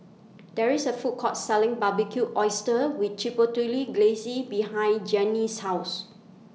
There IS A Food Court Selling Barbecued Oysters with Glaze behind Janine's House